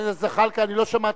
אז אמרה, לא זעקה.